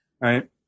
Right